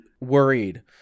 worried